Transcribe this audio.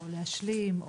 או להשלים,